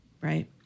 right